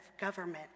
government